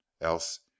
else